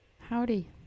Howdy